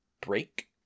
break